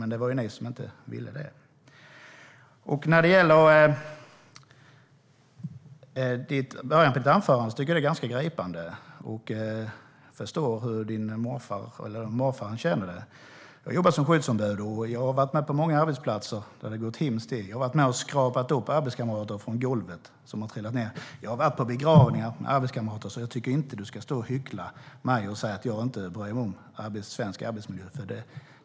Men det var ju ni som inte ville det. Jag tycker att inledningen av ditt anförande var ganska gripande. Jag förstår hur din morfar kände det. Jag har jobbat som skyddsombud och besökt många arbetsplatser där det har gått hemskt till. Jag har varit med skrapat upp arbetskamrater från golvet. Jag har varit på arbetskamraters begravningar. Så jag tycker inte att du ska stå och hyckla och säga att jag inte bryr mig om svensk arbetsmiljö.